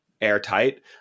airtight